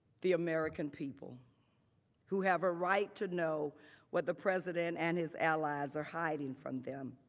the american people who have a right to know what the president and his allies are hiding from them.